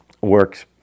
works